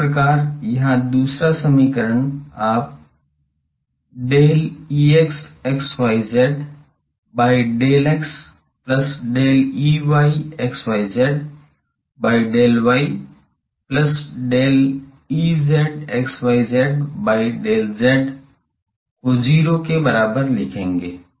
इसी प्रकार यहाँ दूसरा समीकरण आप del Ex by del x plus del Ey by del y plus del Ez by del z को 0 के बराबर लिखेंगे